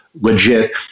legit